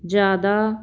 ਜ਼ਿਆਦਾ